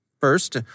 First